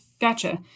gotcha